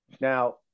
Now